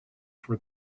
for